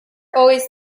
always